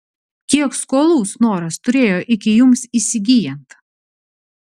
kiek skolų snoras turėjo iki jums įsigyjant